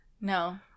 no